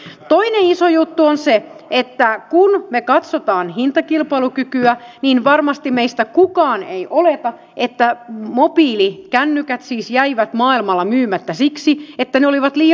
toinen iso juttu on se että kun me katsomme hintakilpailukykyä niin varmasti meistä kukaan ei oleta että mobiilikännykät siis jäivät maailmalla myymättä siksi että ne olivat liian kalliita